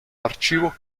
archivo